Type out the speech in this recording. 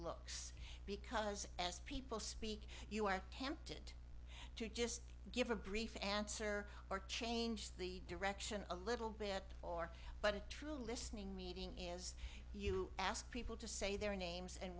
looks because as people speak you are tempted to just give a brief answer or change the direction of a little bit or but a true listening meeting is you ask people to say their names and